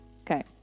okay